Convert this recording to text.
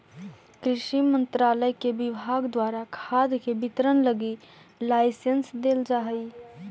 कृषि मंत्रालय के विभाग द्वारा खाद के वितरण लगी लाइसेंस देल जा हइ